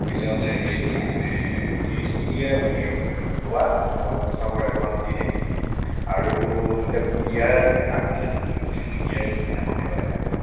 পিচে হ'লে হেৰি কৰা এই ত্ৰিছ কিলোৰে অৰ্ডাৰ কৰা মই পইচা বাৰু এডভাঞ্চ দি দিম আৰু এতিয়া বিয়াৰ আগদিনাখননে বিয়াৰ দিনাখনত দিবা এতিয়া